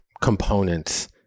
components